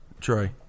Troy